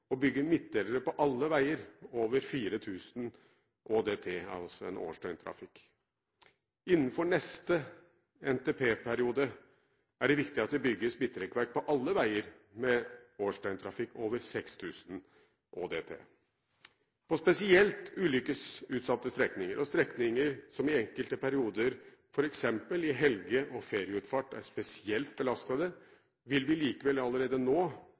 å bygge midtdelere på alle veier med over 4 000 ÅDT, altså årsdøgnstrafikk. Innenfor neste NTP-periode er det viktig at det bygges midtrekkverk på alle veier med årsdøgntrafikk over 6 000. På spesielt ulykkesutsatte strekninger og strekninger som i enkelte perioder – f.eks. i helge- og ferieutfart – er spesielt belastede, vil vi likevel allerede nå